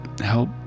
help